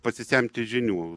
pasisemti žinių